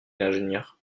l’ingénieur